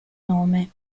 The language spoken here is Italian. nome